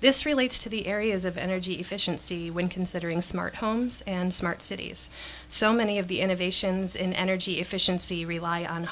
this relates to the areas of energy efficiency when considering smart homes and smart cities so many of the innovations in energy efficiency rely on